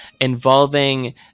involving